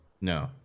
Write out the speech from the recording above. No